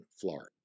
Florida